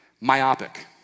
Myopic